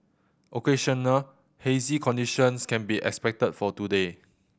occasional hazy conditions can be expected for today